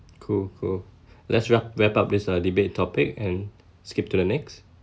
cool cool let's wrap wrap up this uh debate topic and skip to the next